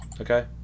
Okay